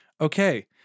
Okay